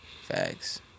Facts